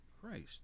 Christ